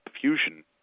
fusion